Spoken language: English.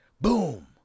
Boom